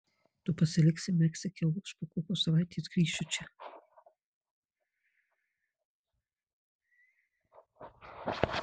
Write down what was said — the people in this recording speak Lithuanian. tu pasiliksi meksike o aš po kokios savaitės grįšiu čia